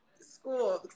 School